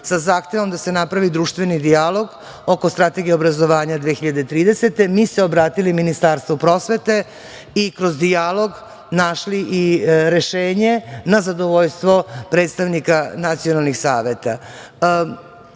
sa zahtevom da se napravi društveni dijalog, oko Strategije obrazovanja 2030. Mi se obratili Ministarstvu prosvete i kroz dijalog našli i rešenje na zadovoljstvo predstavnika nacionalnih saveta. Zato